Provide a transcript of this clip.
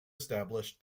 established